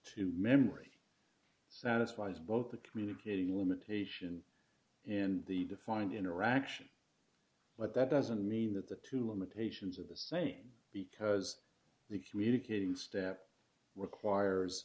to memory satisfies both the communicating limitation and the defined interaction but that doesn't mean that the two limitations of the same because the communicating step requires